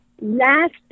last